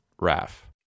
Raf